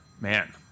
Man